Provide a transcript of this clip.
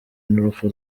n’urupfu